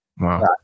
Wow